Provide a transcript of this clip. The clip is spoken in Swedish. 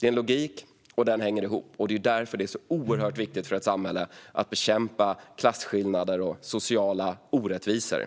Det är en logik, och den hänger ihop. Och det är därför det är så oerhört viktigt för ett samhälle att bekämpa klasskillnader och sociala orättvisor.